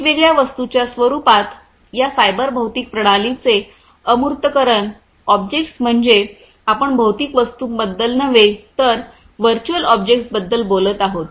वेगवेगळ्या वस्तूंच्या स्वरूपात या सायबर भौतिक प्रणालींचे अमूर्तकरण ऑब्जेक्ट्स म्हणजे आपण भौतिक वस्तूंबद्दल नव्हे तर व्हर्च्युअल ऑब्जेक्ट्सबद्दल बोलत आहोत